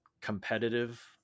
competitive